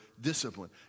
discipline